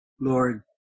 Lord